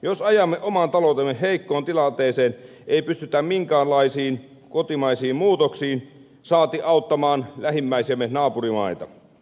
jos ajamme oman taloutemme heikkoon tilanteeseen ei pystytä minkäänlaisiin kotimaisiin muutoksiin saati auttamaan lähimmäisiämme naapurimaita